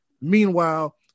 Meanwhile